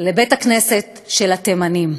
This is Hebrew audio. לבית-הכנסת של התימנים.